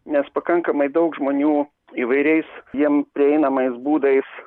nes pakankamai daug žmonių įvairiais jiem prieinamais būdais